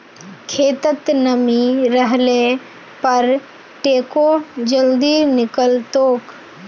खेतत नमी रहले पर टेको जल्दी निकलतोक